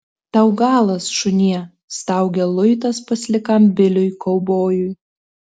tau galas šunie staugia luitas paslikam biliui kaubojui